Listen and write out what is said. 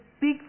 big